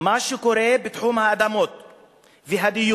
מה שקורה בתחום האדמות והדיור,